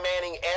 Manning